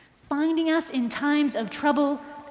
finding us in times of trouble,